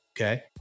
okay